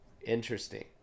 Interesting